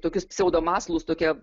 tokius pseudomaslus tokia